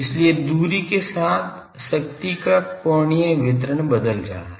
इसलिए दूरी के साथ शक्ति का कोणीय वितरण बदल रहा है